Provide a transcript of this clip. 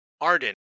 Arden